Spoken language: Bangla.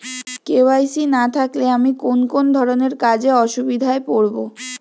কে.ওয়াই.সি না থাকলে আমি কোন কোন ধরনের কাজে অসুবিধায় পড়ব?